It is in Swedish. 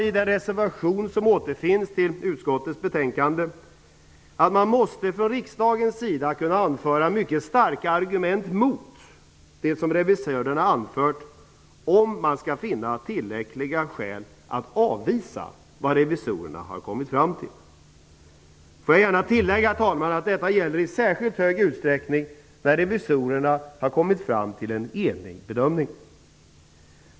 I den reservation som återfinns i utskottets betänkande säger vi att man från riksdagens sida måste kunna anföra mycket starka argument mot det som Revisorernana anfört för att finna tillräckliga skäl att avvisa vad Revisorernana har kommit fram till. Jag vill gärna tillägga, herr talman, att detta i särskilt stor utsträckning gäller när Revisorernana har kommit fram till en enig bedömning.